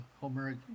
Homeric